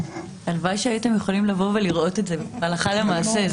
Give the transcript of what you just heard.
הלוואי שהייתם יכולים לבוא ולראות את זה הלכה למעשה.